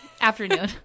Afternoon